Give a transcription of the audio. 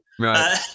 Right